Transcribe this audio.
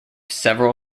several